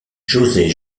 josé